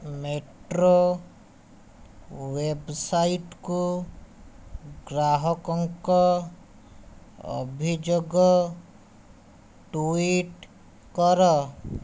metro ୱେବ୍ସାଇଟ୍କୁ ଗ୍ରାହକଙ୍କ ଅଭିଯୋଗ ଟ୍ୱିଟ୍ କର